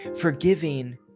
forgiving